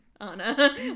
Anna